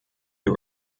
two